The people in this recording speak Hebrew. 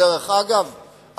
ודרך אגב,